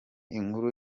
inkuru